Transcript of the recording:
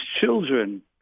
children